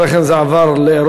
אחרי כן זה עבר לאירופה.